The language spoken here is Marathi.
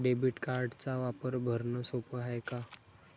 डेबिट कार्डचा वापर भरनं सोप हाय का?